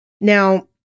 Now